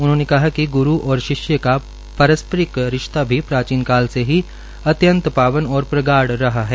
उन्होंने कहा कि गुरु और शिष्य का पारस्परिक रिश्ता भी प्राचीन काल से ही अत्यन्त पावन और प्रगाढ़ रहा है